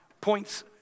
points